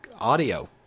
audio